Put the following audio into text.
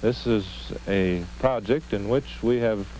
this is a project in which we have